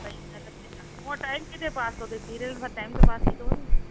सही ॻाल्हि आहे हिते जाम हूअं टाइम किथे पास थो थिए सीरियल सां टाइम त पास थी थो वञे